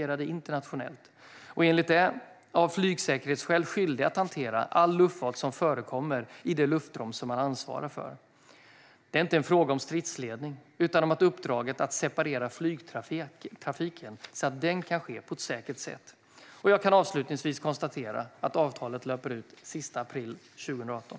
Enligt det internationella regelverket för civil luftfart är den som flygleder civil luftfart av flygsäkerhetsskäl skyldig att hantera all luftfart som förekommer i det luftrum som man ansvarar för. Det är inte fråga om stridsledning utan om uppdraget att separera flygtrafiken så att den kan ske på ett säkert sätt. Jag kan avslutningsvis konstatera att avtalet löper ut den 30 april 2018.